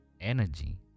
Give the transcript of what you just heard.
energy